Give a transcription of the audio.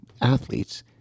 athletes